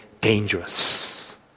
dangerous